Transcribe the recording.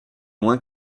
moins